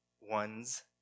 ones